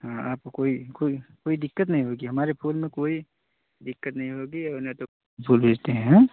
हाँ आपको कोई कोई कोई दिक्कत नहीं होगी हमारे फूल में कोई दिक्कत नहीं होगी और ना तो फूल बेचते हैं हम